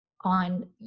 on